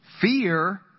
Fear